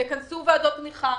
תכנסו ועדות תמיכה,